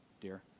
Dear